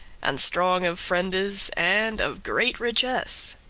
and strong of friendes, and of great richess.